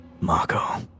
Marco